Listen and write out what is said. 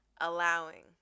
Allowing